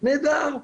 נהדר.